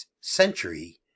century